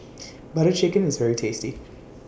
Butter Chicken IS very tasty